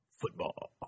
Football